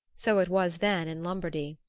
so it was then in lombardy.